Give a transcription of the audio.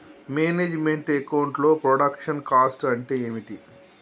Manage meant account లో production cost అంటే ఏమిటి?